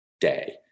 day